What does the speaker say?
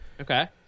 Okay